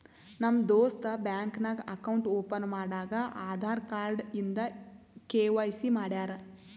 ನಮ್ ದೋಸ್ತ ಬ್ಯಾಂಕ್ ನಾಗ್ ಅಕೌಂಟ್ ಓಪನ್ ಮಾಡಾಗ್ ಆಧಾರ್ ಕಾರ್ಡ್ ಇಂದ ಕೆ.ವೈ.ಸಿ ಮಾಡ್ಯಾರ್